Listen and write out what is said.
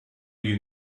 you